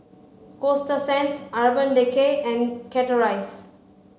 Coasta Sands Urban Decay and Chateraise